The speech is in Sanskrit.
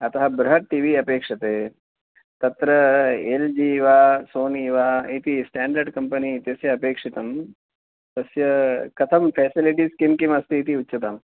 अतः बृहत् टी वि अपेक्ष्यते तत्र एल् जि वा सोनि वा इति स्टाण्डर्ड् कम्पेनि इत्यस्य अपेक्षितम् तस्य कथं फ़ेसिलिटीस् किम् किम् अस्तीति उच्यताम्